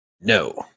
No